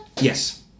Yes